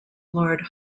lord